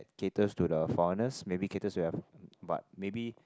caters to the foreigners maybe caters to have but maybe